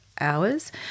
hours